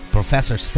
Professor